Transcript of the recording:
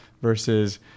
Versus